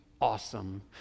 awesome